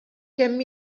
kemm